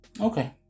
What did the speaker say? Okay